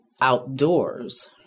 outdoors